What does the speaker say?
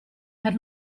per